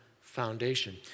foundation